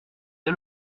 dès